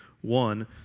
One